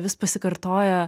vis pasikartoja